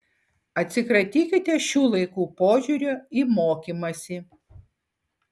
atsikratykite šių laikų požiūrio į mokymąsi